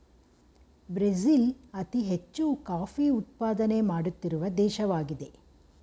Brazil ಅತಿ ಹೆಚ್ಚು coffee ಉತ್ಪಾದನೆ ಮಾಡುತ್ತಿರುವ ದೇಶವಾಗಿದೆ